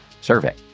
survey